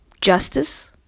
justice